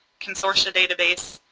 consortia database,